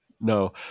no